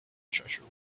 treasure